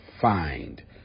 find